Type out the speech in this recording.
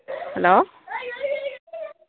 hello